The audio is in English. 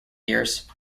years